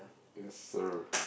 yes sir